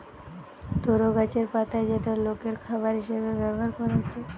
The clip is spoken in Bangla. তরো গাছের পাতা যেটা লোকের খাবার হিসাবে ব্যভার কোরা হচ্ছে